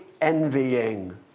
envying